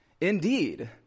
Indeed